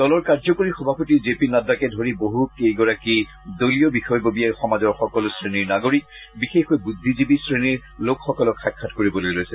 দলৰ কাৰ্যকৰী সভাপতি জে পি নাড্ডাকে ধৰি বহু কেইগৰাকী দলীয় বিষয়ববীয়াই সমাজৰ সকলো শ্ৰেণীৰ নাগৰিক বিশেষকৈ বুদ্ধিজীৱী শ্ৰেণীৰ লোকসকলক সাক্ষাৎ কৰিবলৈ লৈছে